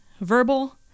verbal